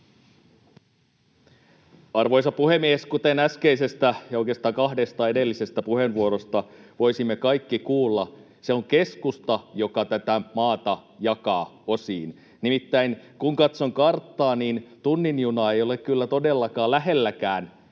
Arvoisa puhemies! Kuten äskeisestä ja oikeastaan kahdesta edellisestä puheenvuorosta voisimme kaikki kuulla, se on keskusta, joka tätä maata jakaa osiin. Nimittäin kun katson karttaa, niin tunnin juna ei ole todellakaan lähelläkään